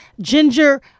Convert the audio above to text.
Ginger